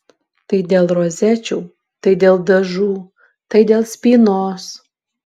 tai dėl rozečių tai dėl dažų tai dėl spynos